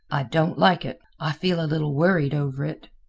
i don't like it i feel a little worried over it.